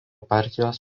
partijos